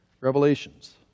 Revelations